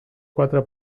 quatre